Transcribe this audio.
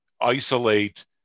isolate